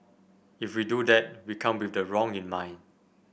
if we do that we come with the wrong in mind